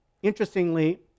Interestingly